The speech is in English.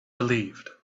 relieved